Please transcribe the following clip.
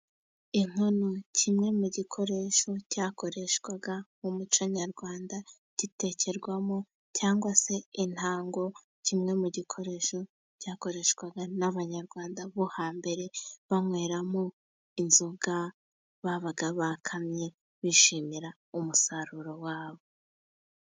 Inkono, kimwe mu gikoresho cyakoreshwaga mu muco nyarwanda, gitekerwamo; cyangwa se intango, kimwe mu bikoresho byakoreshwaga n’Abanyarwanda bo hambere banyweramo inzoga, babaga bakamye bishimira umusaruro wabo.